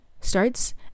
starts